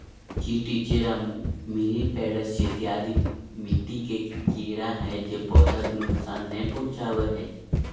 चींटी, चेरा, मिलिपैड्स इत्यादि मिट्टी के कीड़ा हय जे पौधा के नुकसान नय पहुंचाबो हय